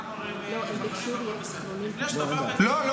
אנחנו חברים והכול בסדר.